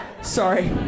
Sorry